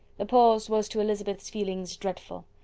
the pause was to elizabeth's feelings dreadful.